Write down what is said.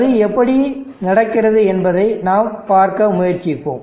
அது எப்படி நடக்கிறது என்று நாம் பார்க்க முயற்சிப்போம்